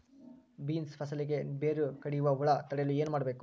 Beans ಫಸಲಿಗೆ ಬೇರು ಕಡಿಯುವ ಹುಳು ತಡೆಯಲು ಏನು ಮಾಡಬೇಕು?